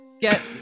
Get